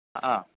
आ